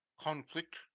conflict